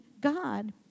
God